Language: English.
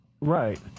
Right